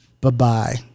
Bye-bye